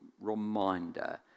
reminder